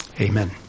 Amen